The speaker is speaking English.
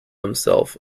himself